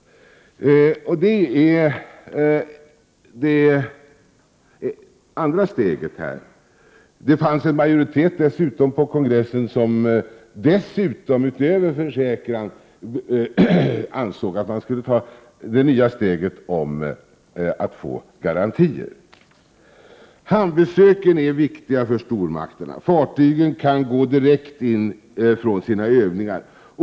Detta krav utgör det andra steget. Det fanns dessutom en majoritet på kongressen som ansåg att man utöver försäkran skulle ta det ytterligare steget mot att få garantier. Hamnbesöken är viktiga för stormakterna. Fartygen kan gå direkt in från sina övningar.